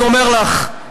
אני אומר לך,